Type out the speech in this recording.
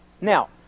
Now